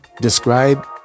describe